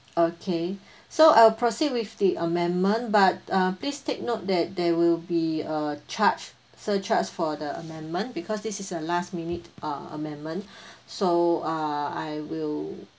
okay so I'll proceed with the amendment but uh please take note that there will be a charge surcharge for the amendment because this is a last minute uh amendment so uh I will